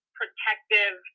protective